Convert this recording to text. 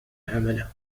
عمله